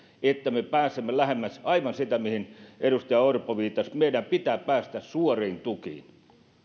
että me pääsemme lähemmäs aivan sitä mihin edustaja orpo viittasi meidän pitää päästä suoriin tukiin